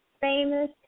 famous